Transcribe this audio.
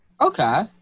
Okay